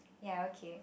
ya okay